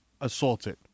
assaulted